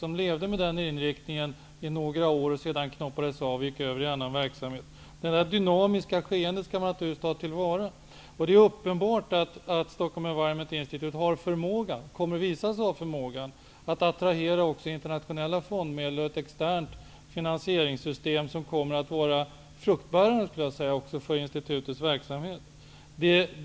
Den levde med denna inriktning i några år och knoppades sedan av och gick över i annan verksamhet. Detta dynamiska skeende skall man naturligtvis ta till vara. Det är uppenbart att Stockholm Environment Institute kommer att visa sig ha en förmåga att attrahera internationella fondmedel och ha ett externt finansieringssystem som kommer att bära frukt för institutets verksamhet.